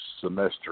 semester